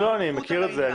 אני מכיר את זה.